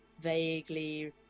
vaguely